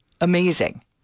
Amazing